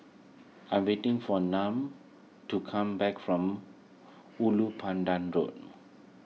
I am waiting for to come back from Ulu Pandan Road